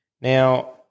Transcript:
Now